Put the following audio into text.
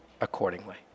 accordingly